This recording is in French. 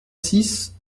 six